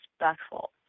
respectful